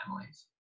families